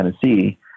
Tennessee